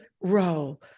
row